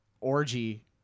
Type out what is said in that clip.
orgy